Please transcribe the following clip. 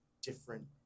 different